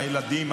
הילדים,